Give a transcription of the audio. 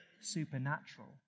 supernatural